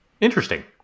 interesting